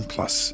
Plus